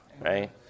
right